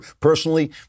personally